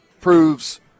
proves